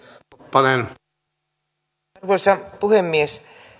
arvoisa puhemies